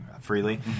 freely